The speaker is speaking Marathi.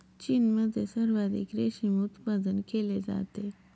चीनमध्ये सर्वाधिक रेशीम उत्पादन केले जाते